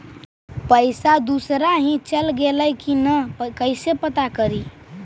पैसा दुसरा ही चल गेलै की न कैसे पता करि?